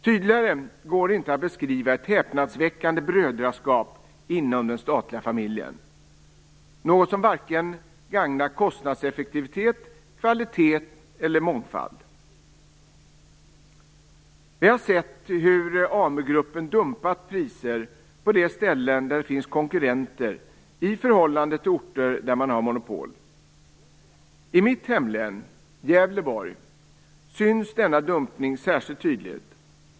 Tydligare går det inte att beskriva ett häpnadsväckande brödraskap inom den statliga familjen - något som varken gagnar kostnadseffektivitet, kvalitet eller mångfald. Vi har sett hur AmuGruppen dumpat priser på de ställen där det finns konkurrenter i förhållande till orter där man har monopol. I mitt hemlän Gävleborg syns denna dumpning särskilt tydligt.